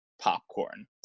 popcorn